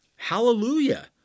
Hallelujah